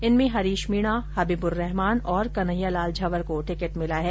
इनमें हरीश मीणा हबीबुरहमान और कन्हैयालाल झंवर को टिकिट मिला है